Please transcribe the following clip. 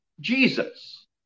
Jesus